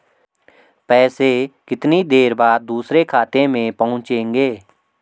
पैसे कितनी देर बाद दूसरे खाते में पहुंचेंगे?